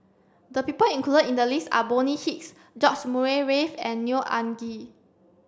the people includ in the list are Bonny Hicks George Murray Reith and Neo Anngee